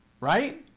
right